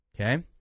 Okay